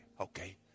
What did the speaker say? okay